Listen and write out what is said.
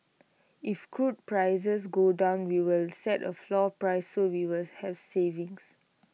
if crude prices go down we will set A floor price so we will have savings